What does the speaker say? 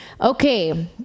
Okay